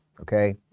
okay